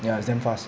ya it's damn fast